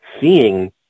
seeing